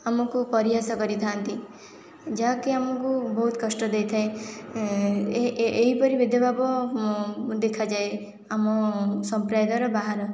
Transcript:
ଆମକୁ ପରିହାସ କରିଥାନ୍ତି ଯାହାକି ଆମକୁ ବହୁତ କଷ୍ଟ ଦେଇଥାଏ ଏହିପରି ଭେଦଭାବ ଦେଖାଯାଏ ଆମ ସମ୍ପ୍ରଦାୟର ବାହାରେ